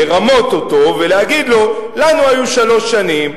לרמות אותו ולהגיד לו: "לנו היו שלוש שנים.